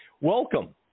Welcome